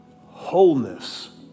wholeness